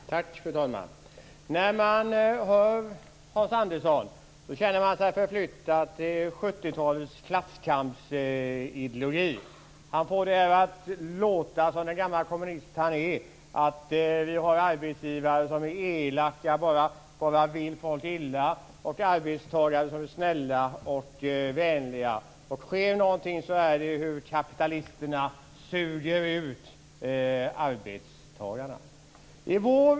Fru talman! När man hör Hans Andersson känner man sig förflyttad till 70-talets klasskampsideologi. Som den gamla kommunist han är får han det att låta som att vi har arbetsgivare som är elaka och bara vill folk illa och arbetstagare som är snälla och vänliga. Sker det någonting så är det kapitalisterna som suger ut arbetstagarna.